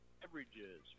Beverages